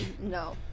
no